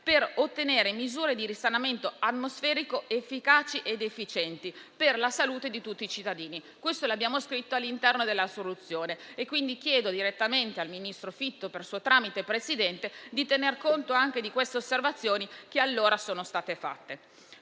per ottenere misure di risanamento atmosferico efficaci ed efficienti per la salute di tutti i cittadini. Questo abbiamo scritto nella risoluzione: chiedo pertanto al ministro Fitto, per suo tramite, Presidente, di tener conto anche delle osservazioni che allora sono state fatte.